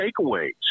takeaways